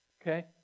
Okay